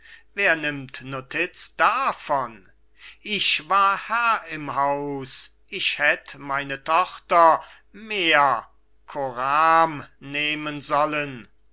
wer nimmt notiz davon ich war herr im haus ich hätt meine tochter mehr coram nehmen sollen